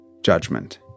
judgment